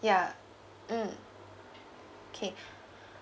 yeah mm okay